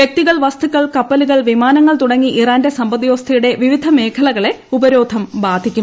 വ്യക്തികൾ വസ്തുക്കൾ കപ്പലുകൾ വിമാനങ്ങൾ തുടങ്ങി ഇറാന്റെ സമ്പദ്വ്യവസ്ഥയുടെ വിവിധ മേഖലകളെ ഉപരോധം ബാധിക്കും